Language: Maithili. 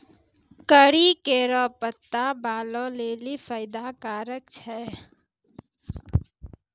करी केरो पत्ता बालो लेलि फैदा कारक छै